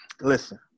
listen